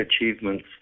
achievements